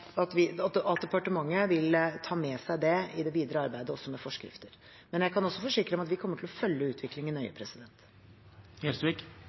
Departementet vil ta med seg det i det videre arbeidet, også med forskriften. Jeg kan også forsikre om at vi kommer til å følge utviklingen